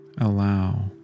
allow